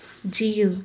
जीउ